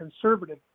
conservative